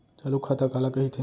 चालू खाता काला कहिथे?